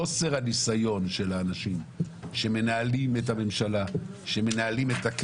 חוסר הניסיון של אנשים שמנהלים את הממשלה,